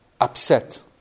upset